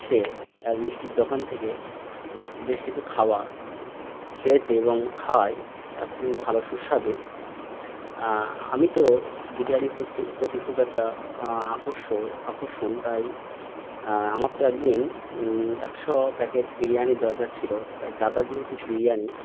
সে এক মিষ্টির দোকান থেকে বেশ কিছু খাবার খেয়েছে এবং খাওয়াই তা খুবই ভালো সুস্বাদু আমি তো বিরিয়ানি পচি প্রতি খুব একটা আকর্ষ আকর্ষণ তাই আমার তো একদিন একশো প্যাকেট বিরিয়ানি দরকার ছিলো তাই দাদা বৌদির বিরিয়ানি